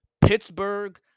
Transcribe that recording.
Pittsburgh